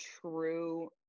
true